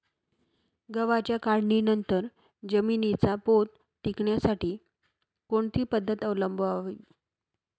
गव्हाच्या काढणीनंतर जमिनीचा पोत टिकवण्यासाठी कोणती पद्धत अवलंबवावी?